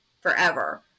forever